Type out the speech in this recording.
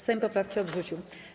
Sejm poprawki odrzucił.